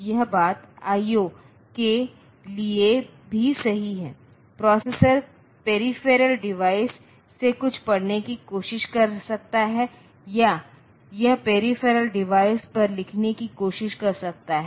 यह बात IO के लिए भी सही है प्रोसेसर पेरीफेरल डिवाइस से कुछ पढ़ने की कोशिश कर सकता है या यह पेरीफेरल डिवाइस पर लिखने की कोशिश कर सकता है